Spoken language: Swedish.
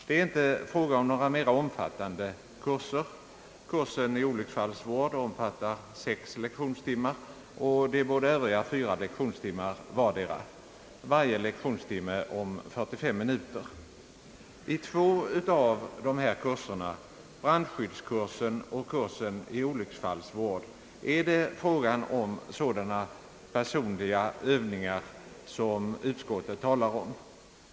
Det är inte fråga om några mera omfattande kurser. Kursen i olycksfallsvård omfattar sex lektionstimmar och de båda övriga fyra lektionstimmar vardera. Varje lektionstimme omfattar 45 minuter. Vid två av dessa kurser, brandskyddskursen och kursen i olycksfallsvård, är det fråga om sådana personliga övningar som utskottet talar om.